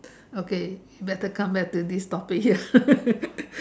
okay better come back to this topic ya